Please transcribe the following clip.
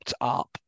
up